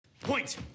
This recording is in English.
Point